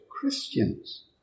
Christians